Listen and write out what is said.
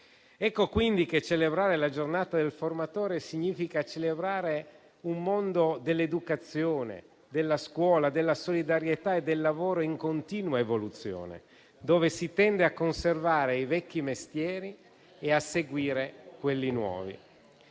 Ecco quindi che celebrare la Giornata del formatore significa celebrare un mondo dell'educazione, della scuola, della solidarietà e del lavoro in continua hevoluzione, dove si tende a conservare i vecchi mestieri e a seguire quelli nuovi.